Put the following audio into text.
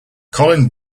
colin